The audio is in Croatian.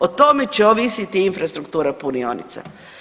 O tome će ovisiti infrastruktura punionica.